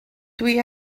dwi